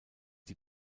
die